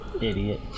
Idiot